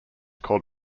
called